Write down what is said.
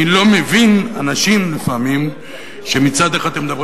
אני לא מבין אנשים שלפעמים מצד אחד הם מדברים